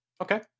Okay